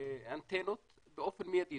אנטנות באופן מיידי,